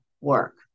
work